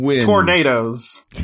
Tornadoes